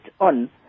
on